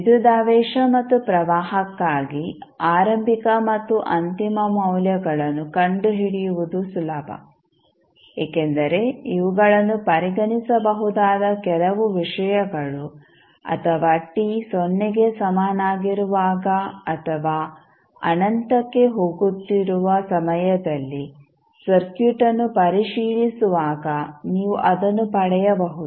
ವಿದ್ಯುದಾವೇಶ ಮತ್ತು ಪ್ರವಾಹಕ್ಕಾಗಿ ಆರಂಭಿಕ ಮತ್ತು ಅಂತಿಮ ಮೌಲ್ಯಗಳನ್ನು ಕಂಡುಹಿಡಿಯುವುದು ಸುಲಭ ಏಕೆಂದರೆ ಇವುಗಳನ್ನು ಪರಿಗಣಿಸಬಹುದಾದ ಕೆಲವು ವಿಷಯಗಳು ಅಥವಾ t ಸೊನ್ನೆಗೆ ಸಮನಾಗಿರುವಾಗ ಅಥವಾ ಅನಂತಕ್ಕೆ ಹೋಗುತ್ತಿರುವ ಸಮಯದಲ್ಲಿ ಸರ್ಕ್ಯೂಟ್ಅನ್ನು ಪರಿಶೀಲಿಸುವಾಗ ನೀವು ಅದನ್ನು ಪಡೆಯಬಹುದು